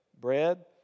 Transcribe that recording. bread